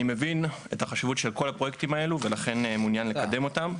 אני מבין את החשיבות של כל הפרויקטים האלה ולכן אני מעוניין לקדם אותם.